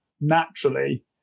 naturally